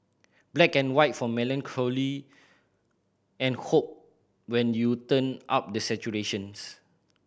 black and white for melancholy and hope when you turn up the saturations